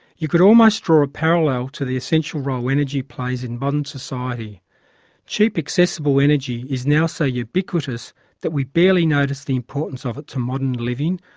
you could almost draw a parallel to the essential role energy plays in modern society cheap accessible energy is now so ubiquitous that we barely notice the importance of it to modern living,